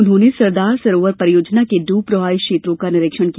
उन्होंने सरदार सरोवर परियोजना के डूब प्रभावित क्षेत्रों का निरीक्षण किया